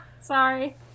Sorry